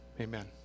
Amen